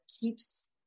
keeps